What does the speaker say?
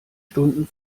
stunden